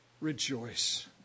Rejoice